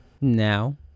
Now